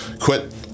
quit